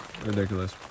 Ridiculous